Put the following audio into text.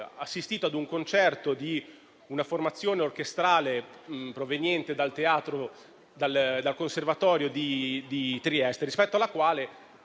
assistito al concerto di una formazione orchestrale proveniente dal Conservatorio di Trieste, rispetto alla quale